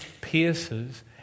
pierces